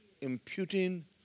imputing